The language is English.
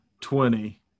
twenty